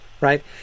right